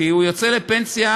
כי הוא יצא לפנסיה.